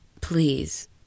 please